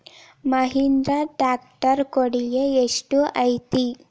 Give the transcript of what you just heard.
Mahindra tractor ಕೊಡುಗೆ ಎಷ್ಟು ಐತಿ?